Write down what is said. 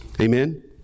Amen